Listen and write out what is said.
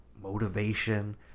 motivation